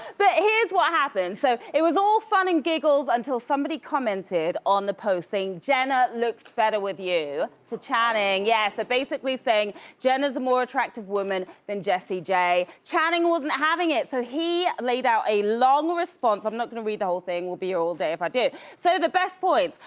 but here's what happened. so it was all fun and giggles until somebody commented, on the post, saying jenna looks better with you, to channing, yes. so basically saying jenna is a more attractive woman than jessie j. channing wasn't having it, so he laid out a long response, i'm not gonna read the whole thing, we'll be here all day if i did, so the best points.